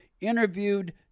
interviewed